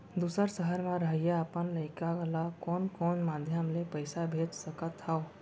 दूसर सहर म रहइया अपन लइका ला कोन कोन माधयम ले पइसा भेज सकत हव?